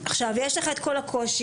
יש לך את כל הקושי.